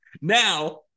Now